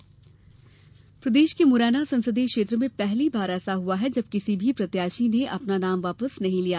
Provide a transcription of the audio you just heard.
मुरैना नाम वापसी प्रदेश के मुरैना संसदीय क्षेत्र में पहली बार ऐसा हुआ है जब किसी भी प्रत्याशी ने अपना नाम वापस नहीं लिया